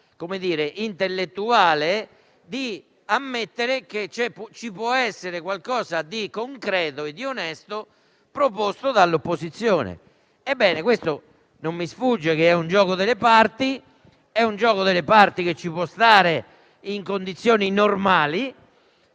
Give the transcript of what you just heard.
la forza intellettuale di ammettere che ci può essere qualcosa di concreto e di onesto proposto dall'opposizione. Ebbene, non mi sfugge che questo è un gioco delle parti, che ci può stare in condizioni normali,